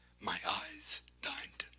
my eyes dined.